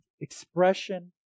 expression